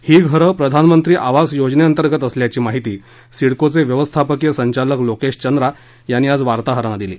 ही घरं प्रधानमंत्री आवास योजनेअंतर्गत असल्याची माहिती सिडकोचे व्यवस्थापकीय संचालक लोकेश चंद्रा यांनी आज वार्ताहरांना दिली